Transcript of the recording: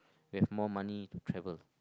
we have more money to travel